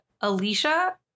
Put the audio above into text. Alicia